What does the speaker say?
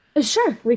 Sure